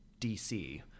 DC